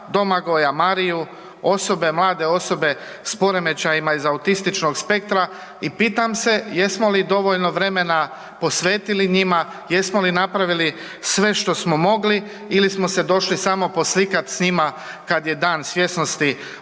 Domagoja, Mariju osobe, mlade osobe s poremećajima iz autističnog spektra i pitam se jesmo li dovoljno vremena posvetili njima, jesmo li napravili sve što smo mogli ili smo se došli samo poslikat s njima kada je Dan svjesnosti o